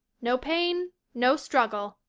no pain no struggle.